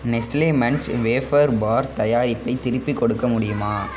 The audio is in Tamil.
நெஸ்லே மன்ச் வேஃபர் பார் தயாரிப்பை திருப்பிக் கொடுக்க முடியுமா